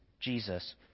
Jesus